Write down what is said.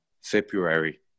February